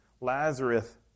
Lazarus